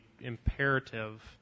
imperative